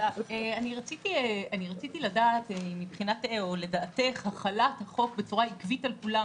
רציתי לדעת האם לדעתך החלת החוק בצורה עקבית על כולם,